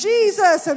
Jesus